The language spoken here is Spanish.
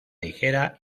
ligera